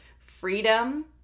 freedom